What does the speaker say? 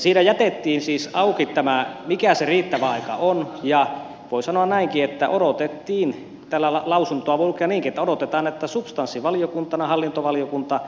siinä jätettiin siis auki tämä mikä se riittävä aika on ja voi sanoa näinkin että odotetaan että subs tanssivaliokuntana hallintovaliokunta